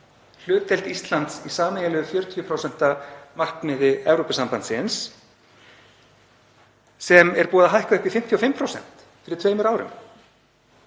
hlutdeild Íslands í sameiginlegu 40% markmiði Evrópusambandsins sem hækkaði upp í 55% fyrir tveimur árum.